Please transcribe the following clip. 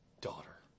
daughter